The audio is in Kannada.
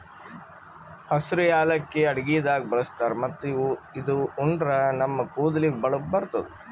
ಹಸ್ರ್ ಯಾಲಕ್ಕಿ ಅಡಗಿದಾಗ್ ಬಳಸ್ತಾರ್ ಮತ್ತ್ ಇದು ಉಂಡ್ರ ನಮ್ ಕೂದಲಿಗ್ ಹೊಳಪ್ ಬರ್ತದ್